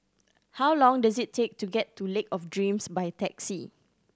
how long does it take to get to Lake of Dreams by taxi